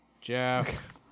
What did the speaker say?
Jeff